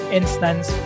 instance